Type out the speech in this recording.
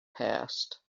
passed